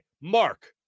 Mark